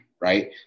right